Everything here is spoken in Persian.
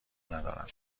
ندارم